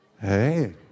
Hey